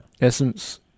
Essence